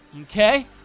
okay